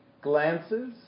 glances